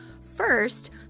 First